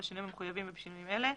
בשינויים המחויבים ובשינויים אלה: